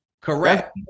Correct